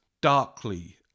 darkly